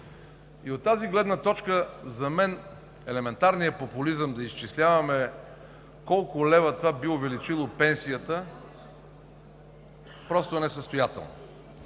От тази гледна точка за мен елементарният популизъм да изчисляваме с колко лева това би увеличило пенсията просто е несъстоятелно.